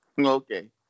Okay